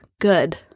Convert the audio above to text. Good